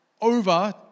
over